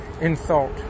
insult